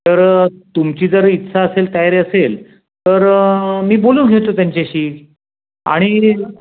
तर तुमची जर इच्छा असेल तयारी असेल तर मी बोलून घेतो त्यांच्याशी आणि